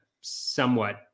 somewhat